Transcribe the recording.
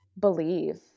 believe